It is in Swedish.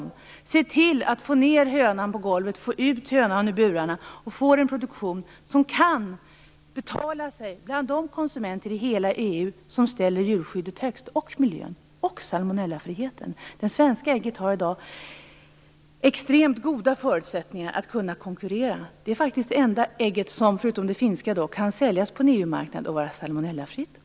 Man bör se till att man får ned hönan på golvet och ut ur buren och att man får en produktion som kan betala sig bland de konsumenter i hela EU som ställer djurskyddet, miljön och salmonellafriheten högst. Det svenska ägget har i dag extremt goda förutsättningar att kunna konkurrera. Det är faktiskt det enda ägget som, förutom det finska, kan säljas på en EU-marknad och vara salmonellafritt.